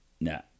No